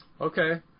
Okay